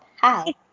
hi